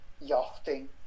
yachting